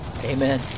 Amen